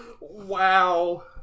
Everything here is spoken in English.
Wow